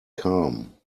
calm